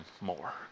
more